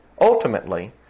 ultimately